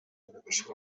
obligació